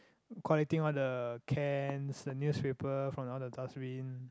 collecting all the cans the newspaper from all the dust bin